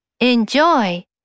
Enjoy